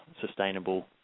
sustainable